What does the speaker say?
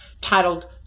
titled